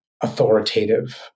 authoritative